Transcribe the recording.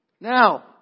Now